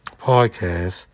podcast